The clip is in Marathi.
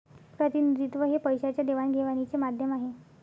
प्रतिनिधित्व हे पैशाच्या देवाणघेवाणीचे माध्यम आहे